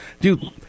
Dude